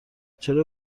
چرا